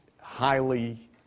highly